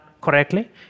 correctly